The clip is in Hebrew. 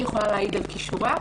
אני יכולה להעיד על כישוריה,